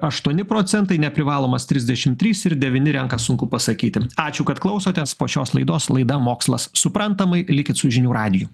aštuoni procentai neprivalomas trisdešimt trys ir devyni renka sunku pasakyti ačiū kad klausotės po šios laidos laida mokslas suprantamai likit su žinių radiju